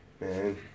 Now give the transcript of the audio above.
Man